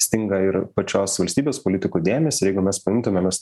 stinga ir pačios valstybės politikų dėmesį ir jeigu mes paimtume mes